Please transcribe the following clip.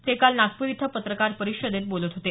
ते काल नागपूर इथं पत्रकार परिषदेत बोलत होते